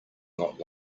not